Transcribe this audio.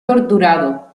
torturado